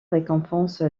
récompense